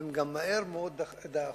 והם גם מהר מאוד דעכו.